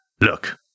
Look